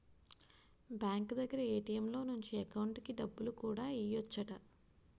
bank దగ్గర ATM లో నుంచి ఎకౌంటుకి డబ్బులు కూడా ఎయ్యెచ్చట